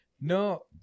no